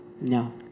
no